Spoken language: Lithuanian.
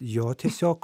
jo tiesiog